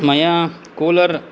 मया कूलर्